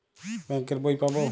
Bank এর বই পাবো?